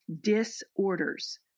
disorders